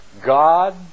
God